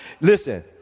listen